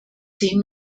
zehn